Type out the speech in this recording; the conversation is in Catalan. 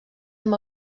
amb